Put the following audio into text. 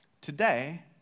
Today